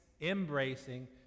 Embracing